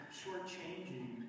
shortchanging